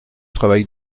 travail